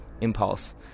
impulse